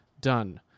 done